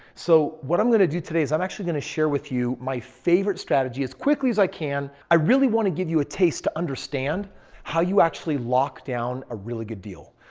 so, what i'm going to do today is i'm actually going to share with you my favorite strategy as quickly as i can. i really want to give you a taste to understand how you actually lock down a really good deal.